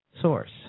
source